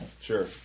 Sure